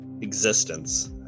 existence